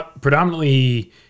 predominantly